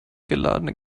geladene